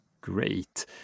Great